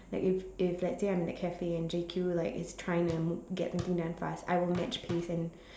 like if if let's say like I'm in a cafe and J_Q like is trying to m~ get something done fast I will match pace and